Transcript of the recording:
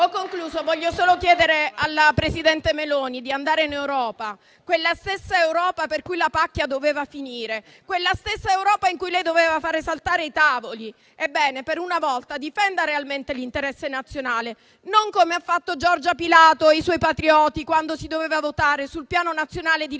la ringrazio. Voglio solo chiedere alla presidente Meloni di andare in Europa - quella stessa Europa per cui la pacchia doveva finire, quella stessa Europa in cui lei doveva far saltare i tavoli - e per una volta difenda realmente l'interesse nazionale, non come hanno fatto "Giorgia Pilato" e i suoi patrioti, quando si doveva votare sul Piano nazionale di ripresa